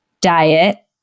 diet